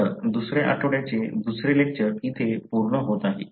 तर दुसऱ्या आठवड्याचे दुसरे लेक्चर इथे पूर्ण होत आहे